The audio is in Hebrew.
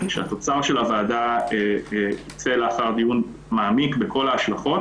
שהתוצר של הוועדה יצא לאחר דיון מעמיק בכל ההשלכות,